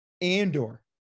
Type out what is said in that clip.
Andor